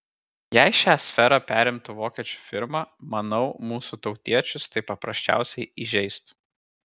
jei šią sferą perimtų vokiečių firma manau mūsų tautiečius tai paprasčiausiai įžeistų